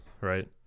right